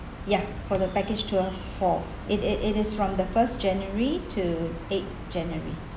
ya for the package tour for it it it is from the first january to eighth january